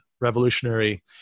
revolutionary